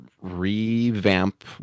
revamp